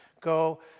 Go